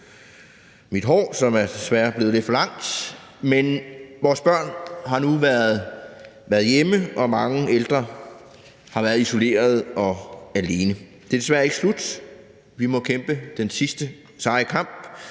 mit hår, som desværre er blevet lidt for langt. Men vores børn har nu været hjemme, og mange ældre har været isoleret og alene. Det er desværre ikke slut – vi må kæmpe den sidste seje kamp.